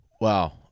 Wow